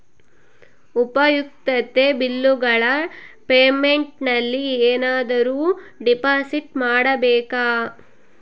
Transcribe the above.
ಉಪಯುಕ್ತತೆ ಬಿಲ್ಲುಗಳ ಪೇಮೆಂಟ್ ನಲ್ಲಿ ಏನಾದರೂ ಡಿಪಾಸಿಟ್ ಮಾಡಬೇಕಾ?